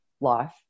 life